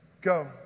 go